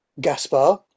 Gaspar